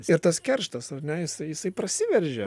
ir tas kerštas ar ne jisai jisai prasiveržia